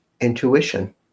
Intuition